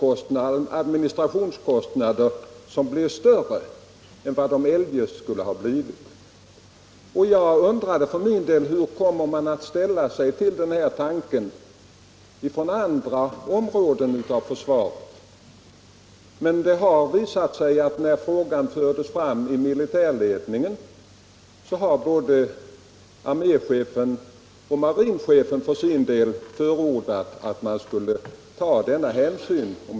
Vi tar på oss administrationskostnader som blir större än de eljest skulle ha blivit. Jag undrade för min del hur man från de andra försvarsgrenarna skulle komma att ställa sig till den tanken. När frågan fördes fram förordade emellertid både arméchefen och marinchefen att man skulle ta denna hänsyn.